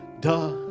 Duh